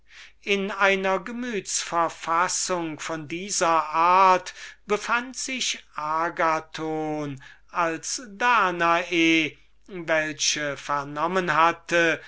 in einer gemütsverfassung von dieser art befand sich agathon als danae welche vernommen hatte